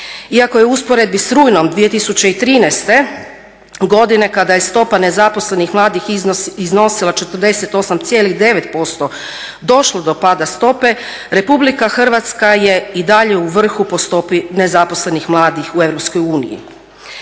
Iako je u usporedbi s rujnom 2013. godine kada je stopa nezaposlenih mladih iznosila 48,9% došlo do pada stope, Republika Hrvatska je i dalje u vrhu po stopi nezaposlenih mladih u